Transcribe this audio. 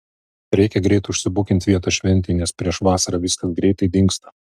reikia greit užsibukint vietą šventei nes prieš vasarą viskas greitai dingsta